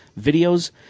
videos